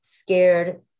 Scared